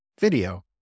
Video